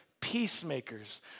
peacemakers